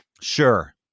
sure